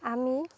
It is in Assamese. আমি